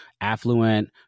affluent